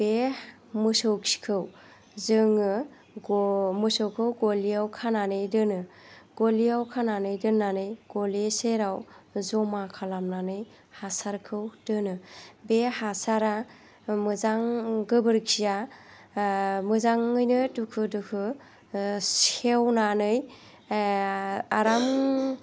बे मोसौखिखौ जोङो मोसौखौ गलियाव खानानै दोनो गलियाव खानानै दोननानै गलि सेराव जमा खालामनानै हासारखौ दोनो बे हासारा मोजां गोबोरखिया मोजाङैनो दुफु दुफु सेवनानै आराम